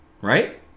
right